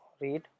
read